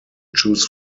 choose